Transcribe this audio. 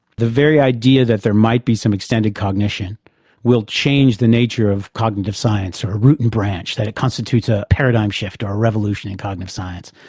the very idea that there might be some extended cognition will change the nature of cognitive science or root and branch, that it constitutes a paradigm shift or a revolution in cognitive science.